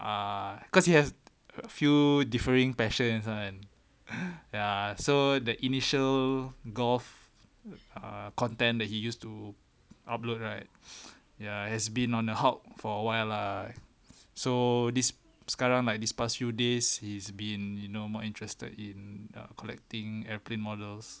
err cause he has a few differing passions lah kan ah so the initial golf err content that he used to upload right has been on a hub for awhile lah so this sekarang like this past few days he's been you know more interested in collecting airplane models